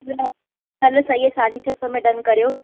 न न सही आहे साढी छह सौ में डन करियो